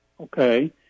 okay